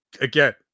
Again